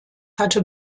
hatte